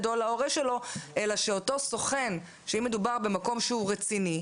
או על ההורה שלו אלא שאם מדובר במקום שהוא רציני,